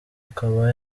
akaba